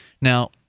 now